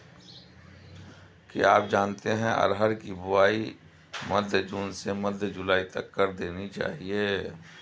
क्या आप जानते है अरहर की बोआई मध्य जून से मध्य जुलाई तक कर देनी चाहिये?